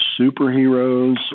superheroes